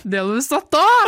dėl viso to